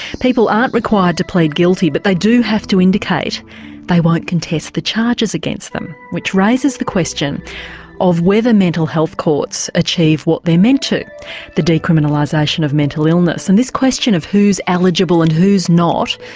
people aren't required to plead guilty, but they do have to indicate they won't contest the charges against them, which raises the question of whether mental health courts achieve what they're meant to the decriminalisation of mental illness. and this question of who's eligible and who's not,